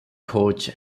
coach